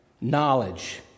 knowledge